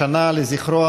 נכבד,